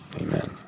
Amen